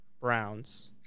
Browns